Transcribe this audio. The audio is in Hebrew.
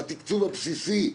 בתקצוב הבסיסי,